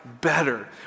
better